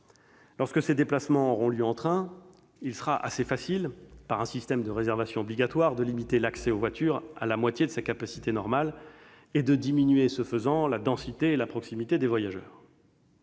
Lorsque ces déplacements auront lieu en train, il sera assez facile, par un système de réservation obligatoire, de limiter l'accès aux voitures à la moitié de la capacité normale et de diminuer, ce faisant, la densité et la proximité des voyageurs.